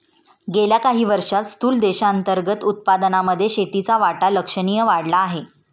गेल्या काही वर्षांत स्थूल देशांतर्गत उत्पादनामध्ये शेतीचा वाटा लक्षणीय वाढला आहे